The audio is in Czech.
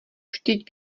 vždyť